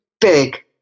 big